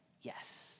yes